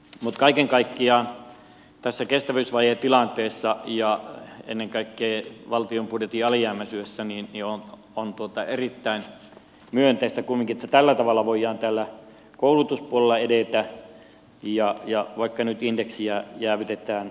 kaiken kaikkiaan tässä kestävyysvajetilanteessa ja ennen kaikkea valtion budjetin alijäämäisyydessä on erittäin myönteistä kumminkin että tällä tavalla voidaan tällä koulutuspuolella edetä vaikka nyt indeksiä jäädytetään vuodeksi tässä